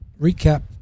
recap